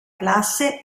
classe